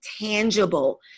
tangible